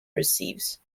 receives